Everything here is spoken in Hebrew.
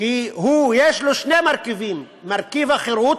כי יש בו שני מרכיבים: מרכיב החירות,